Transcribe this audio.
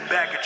Back